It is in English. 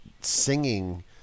singing